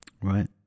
Right